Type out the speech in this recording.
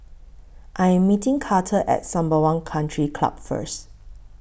I Am meeting Karter At Sembawang Country Club First